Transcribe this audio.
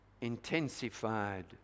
Intensified